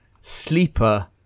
sleeper